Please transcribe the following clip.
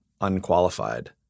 unqualified